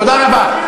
תודה רבה.